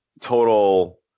Total